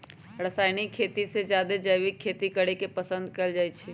रासायनिक खेती से जादे जैविक खेती करे के पसंद कएल जाई छई